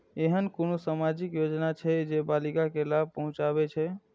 ऐहन कुनु सामाजिक योजना छे जे बालिका के लाभ पहुँचाबे छे?